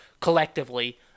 collectively